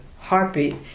heartbeat